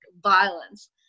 violence